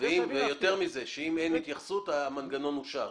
ויותר מזה, שאם אין התייחסות, המנגנון אושר.